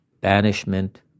banishment